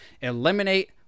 Eliminate